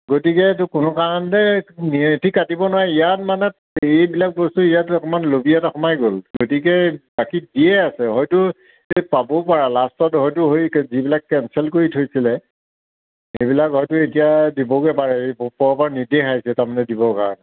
গতিকে এইটো কোনো কাৰণতে সেহেতি কাটিব নোৱাৰে ইয়াত মানে এইবিলাক বস্তু ইয়াতো অকণমান লবি এটা সোমাই গ'ল গতিকে বাকী দিয়ে আছে হয়তো এই পাবও পাৰা লাষ্টত হয়তো হই যিবিলাক কেঞ্চেল কৰি থৈছিলে সেইবিলাক হয়তো এতিয়া দিবগৈ পাৰে এই ওপৰৰ পা নিৰ্দেশ আহিছে তাৰমানে দিবৰ কাৰণে